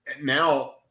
Now